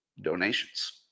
donations